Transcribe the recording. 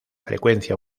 frecuencia